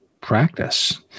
practice